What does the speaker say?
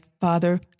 father